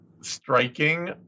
striking